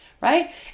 right